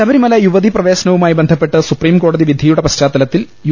ശബരിമല യുവതി പ്രവേശനവുമായി ബന്ധപ്പെട്ട സുപ്രീംകോ ടതി വിധിയുടെ പശ്ചാത്തലത്തിൽ യു